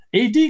AD